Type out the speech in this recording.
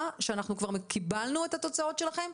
כשאנחנו כבר קיבלנו את התוצאות שלכם.